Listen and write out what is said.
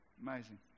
Amazing